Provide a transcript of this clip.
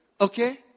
Okay